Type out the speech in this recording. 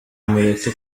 mureke